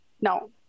No